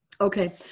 Okay